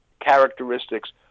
characteristics